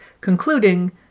concluding